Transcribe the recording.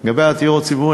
לגבי הדיור הציבורי,